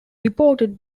reported